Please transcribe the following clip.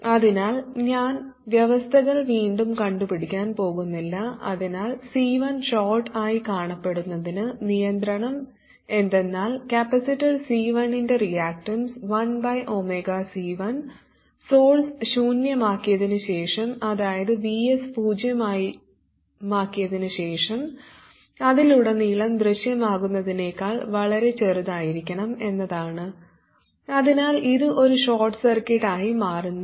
അതിനാൽ ഞാൻ വ്യവസ്ഥകൾ വീണ്ടും കണ്ടുപിടിക്കാൻ പോകുന്നില്ല അതിനാൽ C1 ഷോർട് ആയി കാണപ്പെടുന്നതിന് നിയന്ത്രണം എന്തെന്നാൽ കപ്പാസിറ്റർ C1 ൻറെ റിയാക്ടൻസ് 1C1 സോഴ്സ് ശൂന്യമാക്കിയതിനുശേഷം അതായതു Vs പൂജ്യമാക്കിയതിനു ശേഷം അതിലുടനീളം ദൃശ്യമാകുന്നതിനേക്കാൾ വളരെ ചെറുതായിരിക്കണം എന്നതാണ് അതിനാൽ ഇത് ഒരു ഷോർട്ട് സർക്യൂട്ട് ആയി മാറുന്നു